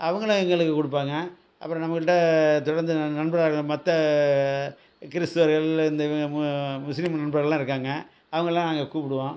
அவங்களும் எங்களுக்கு கொடுப்பாங்க அப்புறம் நம்மள்ட தொடர்ந்து நண்பராக மற்ற கிறிஸ்துவர்கள் இந்த மு முஸ்லீம் நண்பர்கலாம் இருக்காங்க அவங்களாம் நாங்கள் கூப்பிடுவோம்